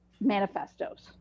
manifestos